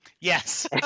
Yes